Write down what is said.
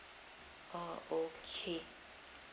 oh okay